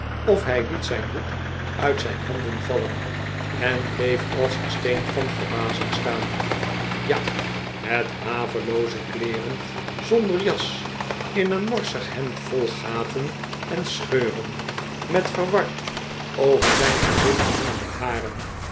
of hij liet zijn hoed uit zijn handen vallen en bleef als versteend van verbazing staan ja met havelooze kleeren zonder jas in een morsig hemd vol gaten en scheuren met verward over zijn gezicht hangende haren